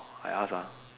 I ask ah